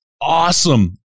awesome